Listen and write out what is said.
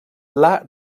pla